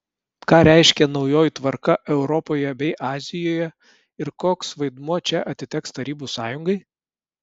ką reiškia naujoji tvarka europoje bei azijoje ir koks vaidmuo čia atiteks tarybų sąjungai